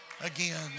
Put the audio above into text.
again